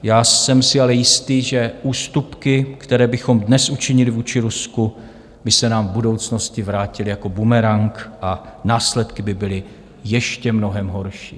Já jsem si ale jistý, že ústupky, které bychom dnes učinili vůči Rusku, by se nám v budoucnosti vrátily jako bumerang a následky by byly ještě mnohem horší.